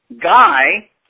Guy